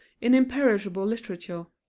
in imperishable literature,